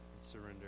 surrender